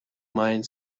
mind